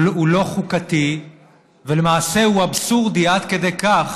הוא לא חוקתי ולמעשה הוא אבסורדי עד כדי כך